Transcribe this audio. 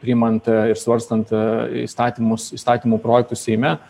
priimant ir svarstant įstatymus įstatymų projektus seime